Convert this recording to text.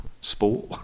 sport